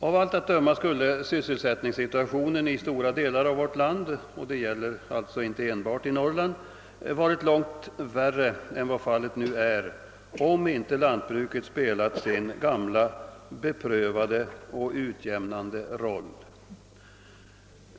Av allt att döma skulle sysselsättningssituationen i stora delar av vårt land — det gäller alltså inte enbart i Norrland — varit långt värre än vad fallet nu är, om inte lantbruket spelat sin gamla beprövade och utjämnande roll.